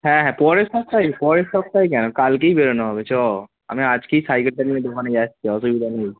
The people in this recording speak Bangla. হ্যাঁ হ্যাঁ পরের সপ্তাহে পরের সপ্তাহে কেন কালকেই বেরোনো হবে চ আমি আজকেই সাইকেল চালিয়ে আমি দোকানে যাচ্ছি অসুবিধা নেই